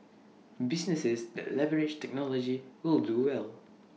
businesses that leverage technology will do well